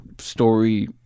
story